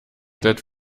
that